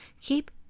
Keep